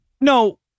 No